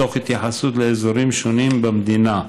תוך התייחסות לאזורים שונים במדינה.